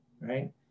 right